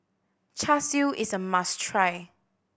Char Siu is a must try